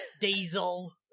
Diesel